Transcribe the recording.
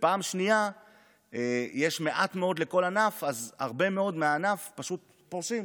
ופעם שנייה יש מעט מאוד לכל ענף ולכן הרבה מאוד מהענף פשוט פורשים.